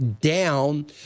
down